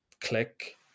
click